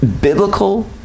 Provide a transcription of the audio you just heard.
biblical